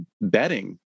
betting